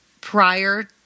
prior